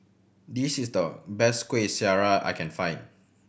this is the best Kueh Syara I can find